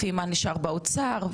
לפי מה נשאר באוצר?